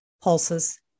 pulses